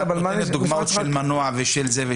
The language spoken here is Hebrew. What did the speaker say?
את נותנת דוגמאות של כל מיני דברים.